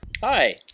Hi